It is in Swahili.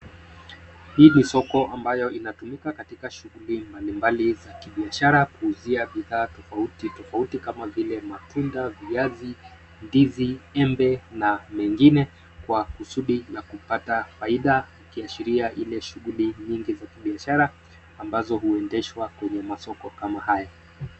Hii ni soko ambayo inatumika katika shughuli mbalimbali za kibiashara, kuuzia bidhaa tofauti tofauti, kama vile matunda, viazi, ndizi embe na mengine, kwa kusudi la kupata faida, ikiashiria Ile shughuli nyingi za kibiashara ambazo huendeshwa kwenye masoko kama haya.